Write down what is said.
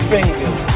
Fingers